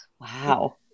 Wow